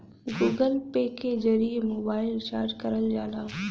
Google Pay के जरिए mobile recharge करल जाला